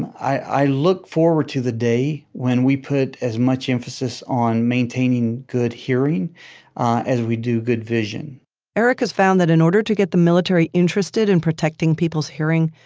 i look forward to the day when we put as much emphasis on maintaining good hearing as we do good vision eric has found that in order to get the military interested in protecting people's hearing,